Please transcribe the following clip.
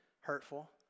hurtful